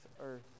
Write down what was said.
earth